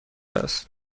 است